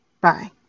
Bye